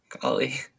Golly